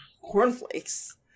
cornflakes